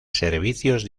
servicios